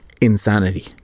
insanity